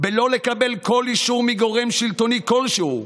בלא לקבל כל אישור מגורם שלטוני כלשהו,